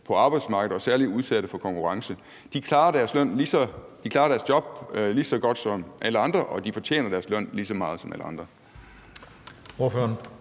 på arbejdsmarkedet og særlig udsatte for konkurrence. De klarer deres job lige så godt som alle andre, og de fortjener deres løn lige så meget som alle andre.